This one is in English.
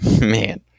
Man